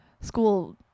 school